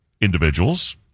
individuals